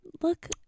look